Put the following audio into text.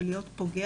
של להיות פוגע,